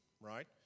right